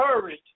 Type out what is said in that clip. courage